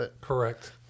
Correct